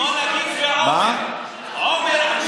בעומר,